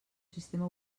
sistema